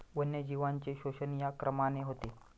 वन्यजीवांचे शोषण या क्रमाने होते